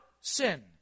sin